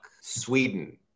Sweden